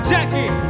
Jackie